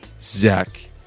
Zach